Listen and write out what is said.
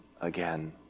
again